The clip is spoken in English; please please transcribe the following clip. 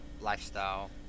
lifestyle